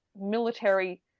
military